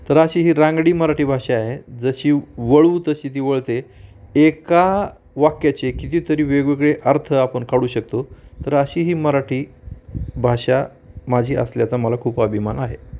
तर अशी ही रांगडी मराठी भाषा आहे जशी वळवू तशी ती वळते एका वाक्याचे कितीतरी वेगवेगळे अर्थ आपण काढू शकतो तर अशी ही मराठी भाषा माझी असल्याचा मला खूप अभिमान आहे